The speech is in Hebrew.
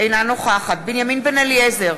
אינה נוכחת בנימין בן-אליעזר,